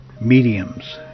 mediums